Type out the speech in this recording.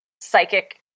psychic